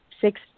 six